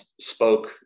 spoke